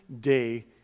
day